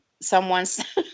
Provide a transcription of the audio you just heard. someone's